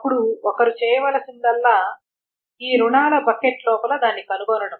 అప్పుడు ఒకరు చేయాల్సిందల్లా ఈ రుణాల బకెట్ లోపల దాన్ని కనుగొనడం